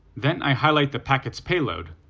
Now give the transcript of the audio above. then i highlight the packet's payload,